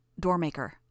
Doormaker